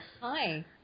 Hi